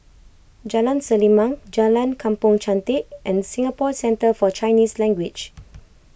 Jalan Selimang Jalan Kampong Chantek and Singapore Centre for Chinese Language